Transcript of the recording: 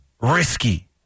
Risky